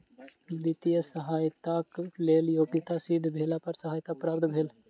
वित्तीय सहयताक लेल योग्यता सिद्ध भेला पर सहायता प्राप्त भेल